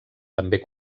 també